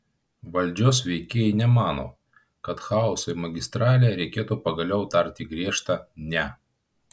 valdžios veikėjai nemano kad chaosui magistralėje reikėtų pagaliau tarti griežtą ne